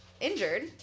injured